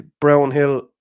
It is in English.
Brownhill